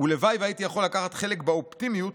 "ולוואי והייתי יכול לקחת חלק באופטימיות